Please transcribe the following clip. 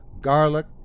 garlic